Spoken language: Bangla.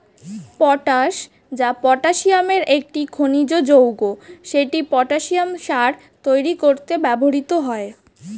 পটাশ, যা পটাসিয়ামের একটি খনিজ যৌগ, সেটি পটাসিয়াম সার তৈরি করতে ব্যবহৃত হয়